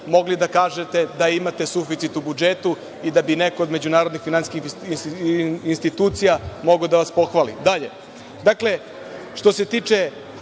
mogli da kažete da imate suficit u budžetu i da bi neko od međunarodnih finansijskih institucija mogao da vas pohvali. Dalje,